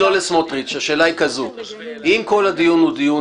לא לסמוטריץ: אם כל הדיון הוא דיון